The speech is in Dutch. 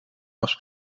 pas